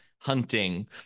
hunting